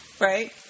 right